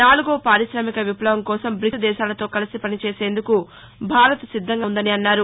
నాలుగో పారిశామిక విప్లవం కోసం బ్రిక్స్ దేశాలతో కలసిపనిచేసేందుకు భారత్ సిద్దంగా ఉందని అన్నారు